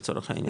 לצורך העניין,